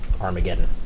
Armageddon